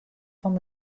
fan